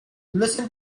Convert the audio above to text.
listen